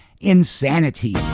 Insanity